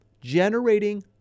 generating